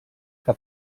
que